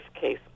case